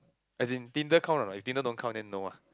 as in Tinder count or not if Tinder don't count then no ah